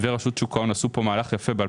ורשות שוק ההון עשו פה מהלך יפה, ב-2016,